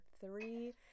three